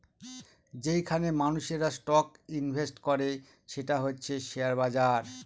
যেইখানে মানুষেরা stock invest করে সেটা হচ্ছে শেয়ার বাজার